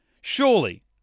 Surely